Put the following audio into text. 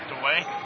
away